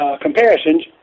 Comparisons